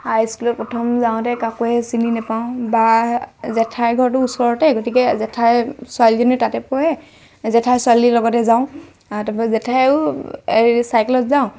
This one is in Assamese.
হাইস্কুলত প্ৰথম যাওঁতে কাকোৱে চিনি নেপাওঁ বা জেঠাইৰ ঘৰটো ওচৰতে গতিকে জেঠাইৰ ছোৱালীজনীও তাতে পঢ়ে জেঠাই ছোৱালীৰ লগতে যাওঁ আৰু তাৰ পৰা জেঠাইৰো চাইকেলত যাওঁ